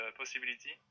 possibility